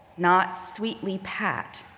not sweetly pat.